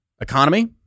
Economy